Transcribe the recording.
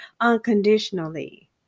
unconditionally